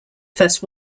first